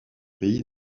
pays